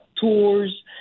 tours